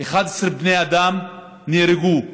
11 בני אדם נהרגו.